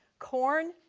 corn,